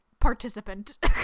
participant